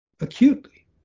acutely